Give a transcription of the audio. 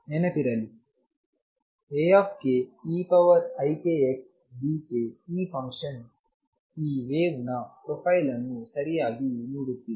ನೆನಪಿರಲಿ Akeikxdk ಈ function ಈ ವೇವ್ ನ ಪ್ರೊಫೈಲ್ ಅನ್ನು ಸರಿಯಾಗಿ ನೀಡುತ್ತಿದೆ